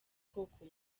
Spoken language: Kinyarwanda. koko